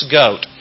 goat